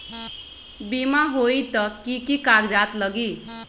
बिमा होई त कि की कागज़ात लगी?